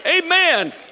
Amen